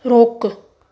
रोकु